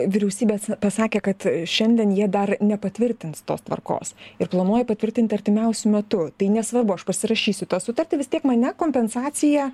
vyriausybės pasakė kad šiandien jie dar nepatvirtins tos tvarkos ir planuoja patvirtinti artimiausiu metu tai nesvarbu aš pasirašysiu tą sutartį vis tiek mane kompensacija